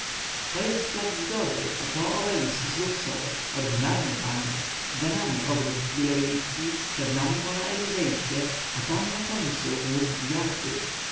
to jest plac zgody to obelisk z luxor oryginalny panie za nami ogród tuileryjski przed nami pola elizejskie a tam na końcu łuk gwiazdy